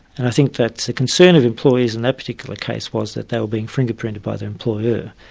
and i think that's a concern of employees in that particular case was that they were being fingerprinted by their employer.